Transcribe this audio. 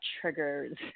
triggers